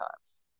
times